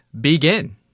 begin